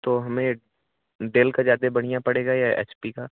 तो हमें डैल का ज़्यादा बढ़िया पड़ेगा या एच पी का